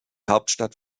hauptstadt